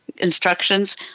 Instructions